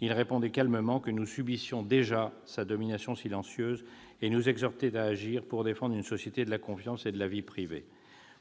il répondait calmement que nous subissions déjà sa domination silencieuse et nous exhortait à agir pour défendre une société de la confiance et de la vie privée.